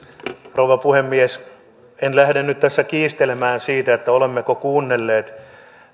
rouva puhemies en lähde nyt tässä kiistelemään siitä olemmeko kuunnelleet